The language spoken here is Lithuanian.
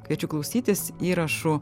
kviečiu klausytis įrašų